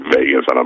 Vegas